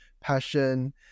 passion